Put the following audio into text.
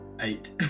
eight